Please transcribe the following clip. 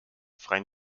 freien